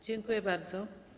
Dziękuję bardzo.